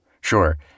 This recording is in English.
sure